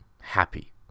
happy